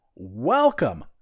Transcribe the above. Welcome